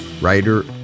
writer